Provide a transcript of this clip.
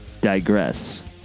digress